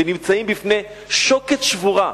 ונמצאים בפני שוקת שבורה.